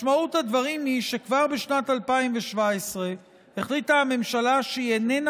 משמעות הדברים היא שכבר בשנת 2017 החליטה הממשלה שהיא איננה